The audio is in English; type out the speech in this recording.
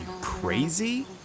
crazy